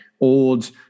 old